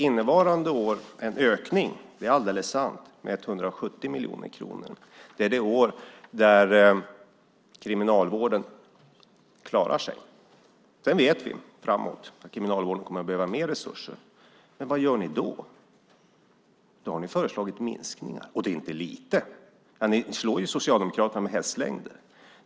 Innevarande år föreslår ni en ökning - det är alldeles sant - med 170 miljoner kronor. Det är det år då Kriminalvården klarar sig. Men vi vet att Kriminalvården framöver kommer att behöva mer resurser. Vad gör ni då? Ni har ju föreslagit minskningar, och det är inte fråga om lite! Ni slår Socialdemokraterna med hästlängder.